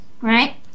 Right